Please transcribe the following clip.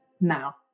now